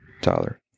Tyler